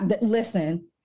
Listen